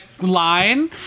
line